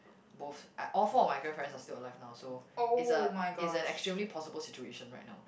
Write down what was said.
both I all four of my grandparents are still alive now so it's a it's an extremely possible situation right now